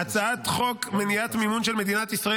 -- הצעת חוק מניעת מימון של מדינת ישראל